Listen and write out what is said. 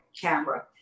camera